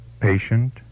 patient